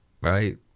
right